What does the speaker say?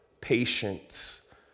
patience